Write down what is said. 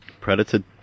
Predator